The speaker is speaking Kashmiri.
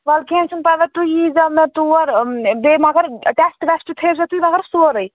وَلہٕ کیٚنٛہہ چھُنہٕ پرواے تُہۍ ییٖزیٚو مےٚ تور بیٚیہِ مگر ٹٮ۪سٹ ویسٹ تھٲوِزیٚو تُہۍ مَگر سورُے